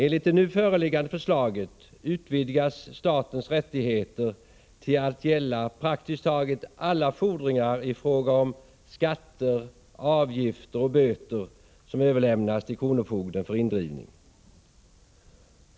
Enligt det nu föreliggande förslaget utvidgas statens rättigheter till att gälla praktiskt taget alla fordringar i fråga om skatter, avgifter och böter som överlämnas till kronofogden för indrivning.